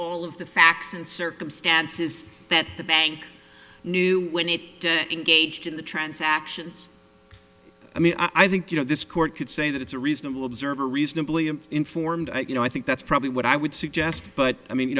all of the facts and circumstances that the bank knew when it to engaged in the transactions i mean i think you know this court could say that it's a reasonable observer reasonably informed you know i think that's probably what i would suggest but i mean you